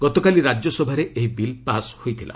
ଗତକାଲି ରାଜ୍ୟସଭାରେ ଏହି ବିଲ୍ ପାସ୍ ହୋଇଥିଲା